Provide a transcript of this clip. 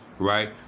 right